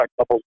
couple